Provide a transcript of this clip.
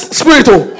spiritual